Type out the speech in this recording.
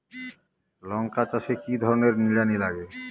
লঙ্কা চাষে কি ধরনের নিড়ানি লাগে?